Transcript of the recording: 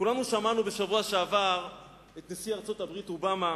כולנו שמענו בשבוע שעבר את נשיא ארצות-הברית אובמה